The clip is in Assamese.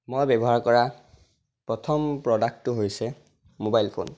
মই ব্য়ৱহাৰ কৰা প্ৰথম প্ৰডাক্টটো হৈছে ম'বাইল ফোন